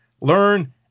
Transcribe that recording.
learn